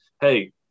hey